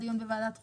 דיון בוועדת החוקה.